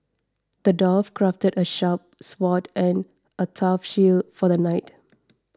the dwarf crafted a sharp sword and a tough shield for the knight